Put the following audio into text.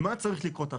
מה צריך לקרות עכשיו?